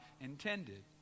intended